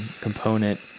component